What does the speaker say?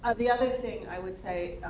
ah the other thing i would say,